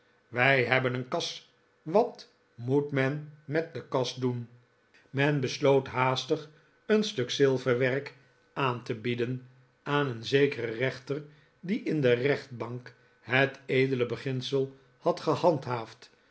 wij hebben een kas wat moet men met de kas doen men besloot haastig een stuk zilverwerk aan te bieden aan een zekeren rechter die in de rechtbank het edele beginsel had gehandhaafd